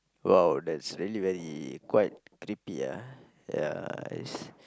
!wow! that's really very quite creepy ah ya is